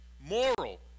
moral